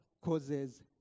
causes